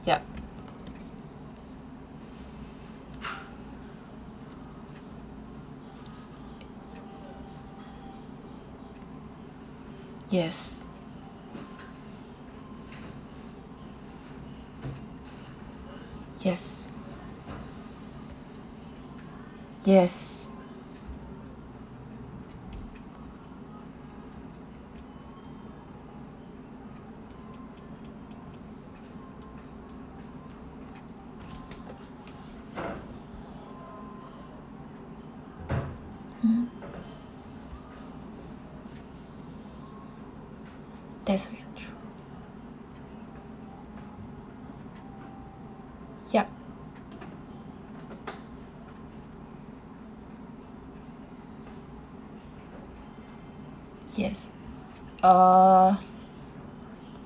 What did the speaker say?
yup yes yes yes mmhmm that's very true yup yes uh